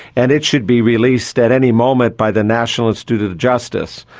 and it should be released at any moment by the national institute of justice.